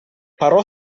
parò